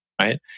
right